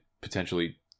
potentially